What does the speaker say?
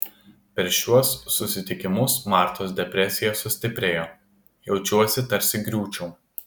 per šiuos susitikimus martos depresija sustiprėjo jaučiuosi tarsi griūčiau